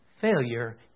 failure